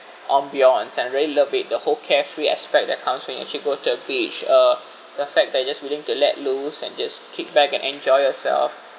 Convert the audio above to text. ambience and really love it the whole carefree aspect that comes when you actually go to the beach uh the fact that you just willing to let loose and just kick back and enjoy yourself